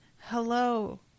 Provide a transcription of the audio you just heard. hello